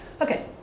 Okay